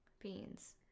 Beans